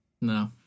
No